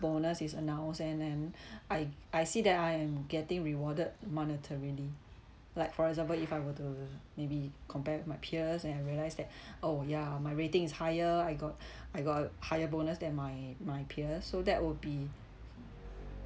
bonus is announced and and I I see that I am getting rewarded monetarily like for example if I were to maybe compared with my peers and I realised that oh yeah my rating is higher I got I got higher bonus than my my peers so that would be